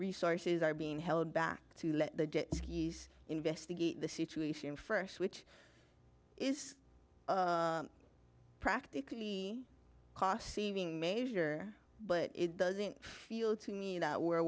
resources are being held back to let the skis investigate the situation first which is practically cost saving measure but it doesn't feel to me that we're